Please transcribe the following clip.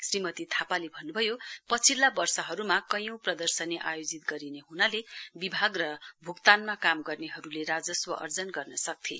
श्रीमती थापाले भन्नुभयो पछिल्ला वर्षहरुमा कैयौं प्रदर्शनी आयोजित गरिने हुनाले विभाग र भूक्तानमा काम गर्नहरुले राजस्व अर्जन गर्न सक्थे